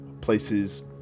places